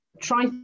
try